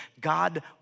God